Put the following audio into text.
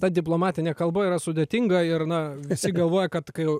ta diplomatinė kalba yra sudėtinga ir na visi galvoja kad kai